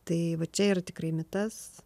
tai va čia ir tikrai mitas